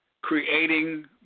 creating